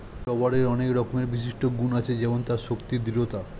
রাবারের অনেক রকমের বিশিষ্ট গুন্ আছে যেমন তার শক্তি, দৃঢ়তা